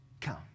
come